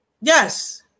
Yes